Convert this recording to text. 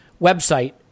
website